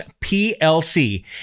PLC